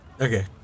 Okay